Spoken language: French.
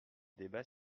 débat